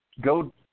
go –